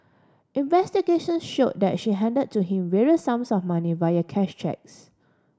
investigation show that she hand to him various sums of money via cash cheques